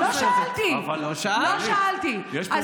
לא שאלתי, לא שאלתי.